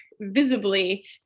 visibly